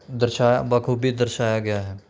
ਦਰਸ਼ਾ ਬਾਖੂਬੀ ਦਰਸ਼ਾਇਆ ਗਿਆ ਹੈ